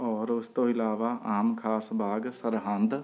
ਔਰ ਉਸ ਤੋਂ ਇਲਾਵਾ ਆਮ ਖਾਸ ਬਾਗ ਸਰਹਿੰਦ